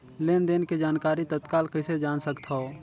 लेन देन के जानकारी तत्काल कइसे जान सकथव?